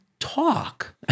Talk